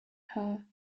her